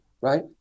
right